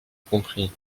compris